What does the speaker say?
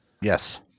Yes